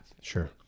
Sure